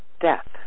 death